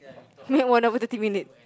no I no go thirty minutes